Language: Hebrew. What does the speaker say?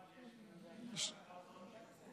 יש שלושה מחוזות שיפוט.